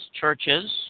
churches